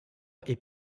est